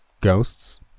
ghosts